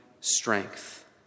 strength